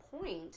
point